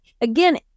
again